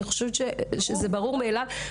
אני חושבת שזה ברור מאליו.